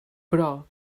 però